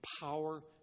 power